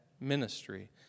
ministry